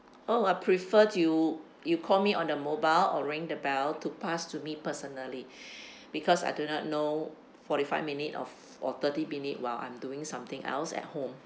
oh I prefer you you call me on the mobile or ring the bell to pass to me personally because I do not know forty five minute or f~ or thirty minute while I'm doing something else at home